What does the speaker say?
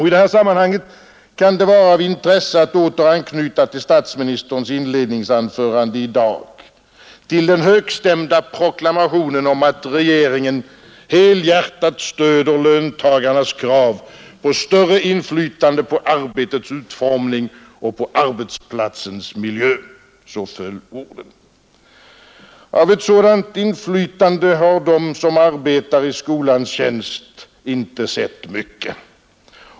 I detta sammanhang kan det vara av intresse att åter anknyta till statsministerns inledningsanförande i dag, till den högstämda proklamationen om att regeringen helhjärtat stöder löntagarnas krav på större inflytande över arbetets utformning och arbetsplatsens miljö — så föll orden. Av ett sådant inflytande har de som arbetar i skolans tjänst inte sett mycket.